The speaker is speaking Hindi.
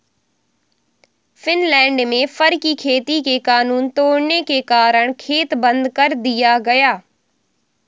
फिनलैंड में फर की खेती के कानून तोड़ने के कारण खेत बंद कर दिया गया